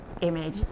image